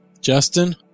Justin